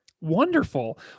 Wonderful